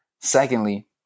secondly